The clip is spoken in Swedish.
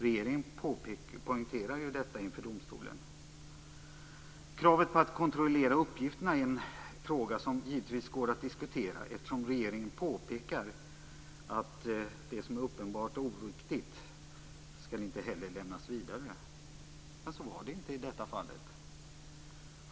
Regeringen poängterar ju detta inför domstolen. Kravet på att kontrollera uppgifterna är en fråga som det givetvis går att diskutera eftersom regeringen påpekar att det som är uppenbart oriktigt inte heller skall lämnas vidare, och så var det inte i detta fallet.